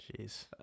Jeez